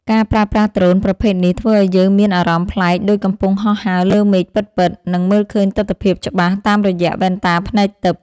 ការប្រើប្រាស់ដ្រូនប្រភេទនេះធ្វើឱ្យយើងមានអារម្មណ៍ប្លែកដូចកំពុងហោះហើរលើមេឃពិតៗ និង មើលឃើញទិដ្ឋភាពច្បាស់តាមរយៈវ៉ែនតាភ្នែកទិព្វ។